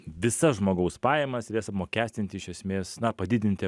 visas žmogaus pajamas ir jas apmokestinti iš esmės na padidinti